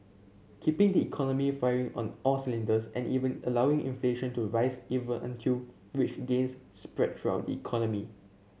keeping the economy firing on all cylinders and even allowing inflation to rise even until wage gains spread throughout economy